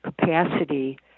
capacity